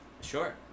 Sure